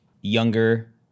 younger